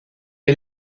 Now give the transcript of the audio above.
est